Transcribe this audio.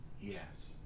Yes